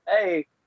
Hey